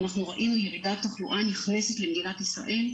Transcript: אנחנו ראינו ירידת תחלואה נכנסת למדינת ישראל,